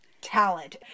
Talent